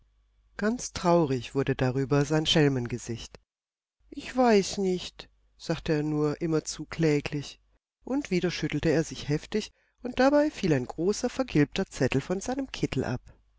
ganz traurig wurde darüber sein schelmengesicht ich weiß nicht sagte er nur immerzu kläglich und wieder schüttelte er sich heftig und dabei fiel ein großer vergilbter zettel von seinem kittel ab